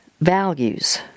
values